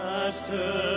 Master